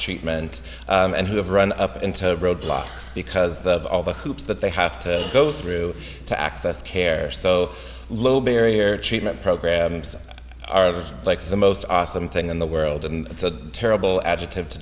reatment and who have run up into roadblocks because the of all the hoops that they have to go through to access care so low barrier treatment programs are like the most awesome thing in the world and it's a terrible adjective to